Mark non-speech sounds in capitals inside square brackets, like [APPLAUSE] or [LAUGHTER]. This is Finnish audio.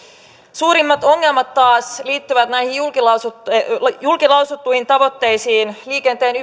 suurimmat ongelmat taas liittyvät näihin julkilausuttuihin tavoitteisiin liikenteen [UNINTELLIGIBLE]